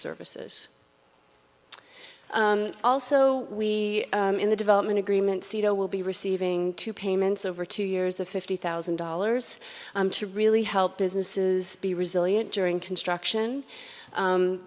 services also we in the development agreement sido will be receiving two payments over two years of fifty thousand dollars to really help businesses be resilient during construction